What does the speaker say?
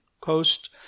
coast